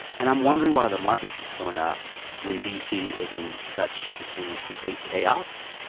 and i'm wondering why the market keeps going up when d c. is in such, it seems, complete chaos.